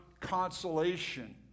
consolation